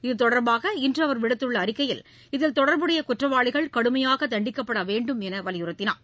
இத்தொடர்பாக இன்று அவர் விடுத்துள்ள அறிக்கையில் இதில் தொடர்புடைய குற்றவாளிகள் கடுமையாக தண்டிக்கப்பட வேண்டும் என்று வலியுறுத்தியுள்ளார்